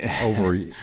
over